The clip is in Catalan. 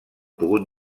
pogut